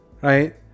right